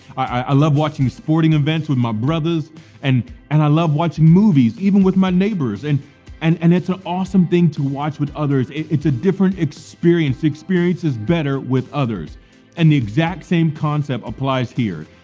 i love watching sporting events with my brothers and and i love watching movies even with my neighbors and and and it's an awesome thing to watch with others, it's a different experience, experiences better with others and the exact same concept applies here.